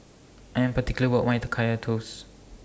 I Am particular about My Kaya Toast